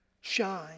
shine